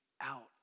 out